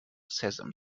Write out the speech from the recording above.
sesame